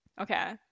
okay